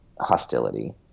hostility